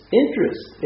interest